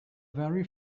very